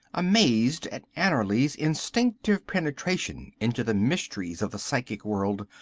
amazed at annerly's instinctive penetration into the mysteries of the psychic world,